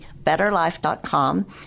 betterlife.com